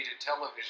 television